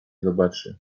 zobaczy